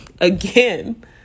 Again